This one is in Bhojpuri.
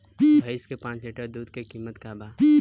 भईस के पांच लीटर दुध के कीमत का बा?